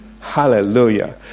Hallelujah